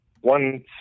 one